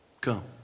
come